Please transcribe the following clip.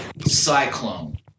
Cyclone